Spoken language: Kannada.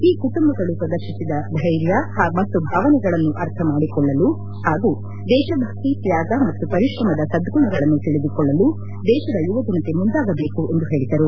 ಈ ಕುಟುಂಬಗಳು ಪ್ರದರ್ಶಿಸಿದ ಧ್ವೆರ್ಯ ಮತ್ತು ಭಾವನೆಗಳನ್ನು ಅರ್ಥಮಾಡಿಕೊಳ್ಳಲು ಹಾಗೂ ದೇಶಭಕ್ತಿ ತ್ಯಾಗ ಮತ್ತು ಪರಿಶ್ರಮದ ಸದ್ದುಣಗಳನ್ನು ತಿಳಿದುಕೊಳ್ಳಲು ದೇಶದ ಯುವಜನತೆ ಮುಂದಾಗಬೇಕು ಎಂದು ಪ್ರಧಾನಮಂತ್ರಿ ಹೇಳಿದರು